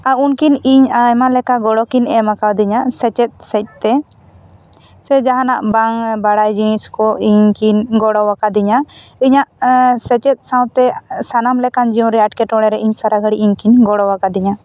ᱩᱱᱠᱤᱱ ᱤᱧ ᱟᱭᱢᱟ ᱞᱮᱠᱟᱱ ᱜᱚᱲᱚ ᱠᱤᱱ ᱮᱢ ᱠᱟᱣᱫᱤᱧᱟ ᱥᱮᱪᱮᱫ ᱥᱮᱫ ᱛᱮ ᱥᱮ ᱡᱟᱦᱟᱸ ᱱᱟᱜ ᱵᱟᱝ ᱵᱟᱲᱟᱭ ᱡᱤᱱᱤᱥ ᱠᱚ ᱤᱧ ᱠᱤᱱ ᱜᱚᱲᱚ ᱟᱠᱟᱫᱤᱧᱟᱹ ᱤᱧᱟᱹᱜ ᱥᱮᱪᱮᱫ ᱥᱟᱶ ᱛᱮ ᱥᱟᱱᱟᱢ ᱞᱮᱠᱟᱱ ᱡᱤᱭᱚᱱ ᱨᱮ ᱤᱧ ᱮᱴᱠᱮᱴᱚᱬᱮ ᱨᱮ ᱥᱟᱨᱟ ᱜᱷᱟᱹᱲᱤᱡ ᱤᱧ ᱠᱤᱱ ᱜᱚᱲᱚ ᱟᱠᱟᱫᱤᱧᱟᱹ